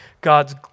God's